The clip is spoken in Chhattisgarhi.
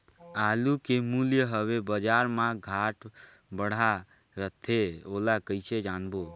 आलू के मूल्य हवे बजार मा घाट बढ़ा रथे ओला कइसे जानबो?